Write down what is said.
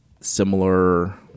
similar